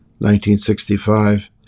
1965